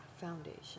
Foundation